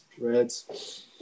Reds